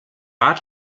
rat